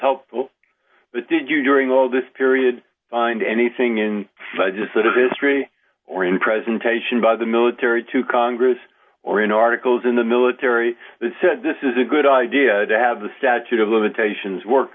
helpful but did you during all this period find anything in legislative history or in presentation by the military to congress or in articles in the military that said this is a good idea to have the statute of limitations work